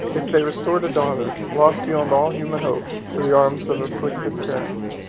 if they restored a daughter, lost beyond all human hope, to the arms of her afflicted parent.